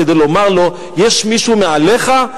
כדי לומר לו: יש מישהו מעליך,